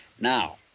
Now